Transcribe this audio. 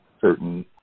certain